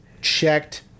checked